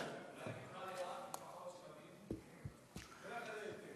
כבוד סגן השר, אולי תקרא לאט, שלפחות נבין.